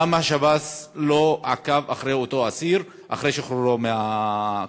למה השב"ס לא עקב אחרי אותו אסיר אחרי שחרורו מהכלא?